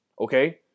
okay